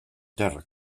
terra